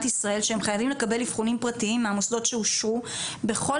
ישראל שהם חייבים לקבל אבחונים פרטיים מהמוסדות שאושרו בכל